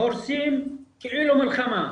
הורסים כאילו מלחמה.